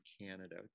Canada